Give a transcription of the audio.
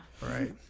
Right